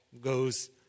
goes